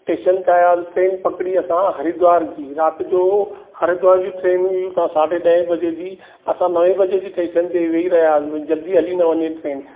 station ते आयासीं train पकड़ी असां हरिद्वार जी रति जो हरिद्वार जी ट्रेन हुई हुतां साढे ॾह बजे जी असां नवे बजे जी टेशन ते वेही रहियासीं भई जल्दी हली न वञे ट्रेन